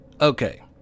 Okay